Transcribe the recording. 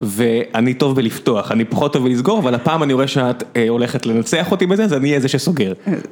ואני טוב בלפתוח, אני פחות טוב בלסגור, אבל הפעם אני רואה שאת הולכת לנצח אותי בזה, אז אני אהיה זה שסוגר.